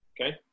Okay